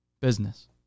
business